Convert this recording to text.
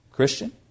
Christian